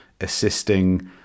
assisting